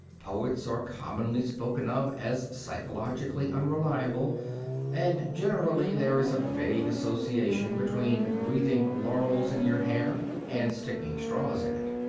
poets are commonly spoken of as psychologically unreliable and generally there is a vague association between wreathing laurels in your hair and sticking straws in it.